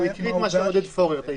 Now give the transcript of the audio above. אלא באירוע חסר תקדים,